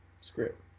script